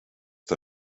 der